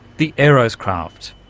the aeroscraft.